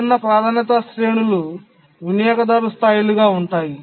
విభిన్న ప్రాధాన్యత శ్రేణులు వినియోగదారు స్థాయిలు గా ఉంటాయి